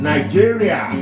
Nigeria